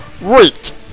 Right